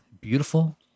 beautiful